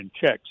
checks